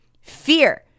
Fear